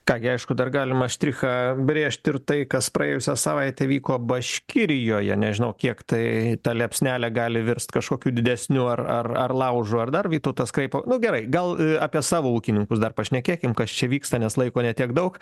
ką gi aišku dar galima štrichą brėžti ir tai kas praėjusią savaitę vyko baškirijoje nežinau kiek tai ta liepsnelė gali virst kažkokiu didesniu ar ar ar laužu ar dar vytautas kraipo nu gerai gal e apie savo ūkininkus dar pašnekėkim kas čia vyksta nes laiko ne tiek daug